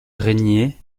régnier